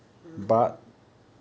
mm orh